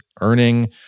earning